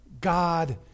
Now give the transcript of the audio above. God